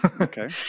Okay